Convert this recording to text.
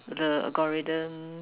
the algorithm